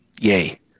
Yay